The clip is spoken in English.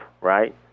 right